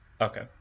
Okay